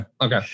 okay